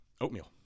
Oatmeal